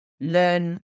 Learn